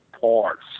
parts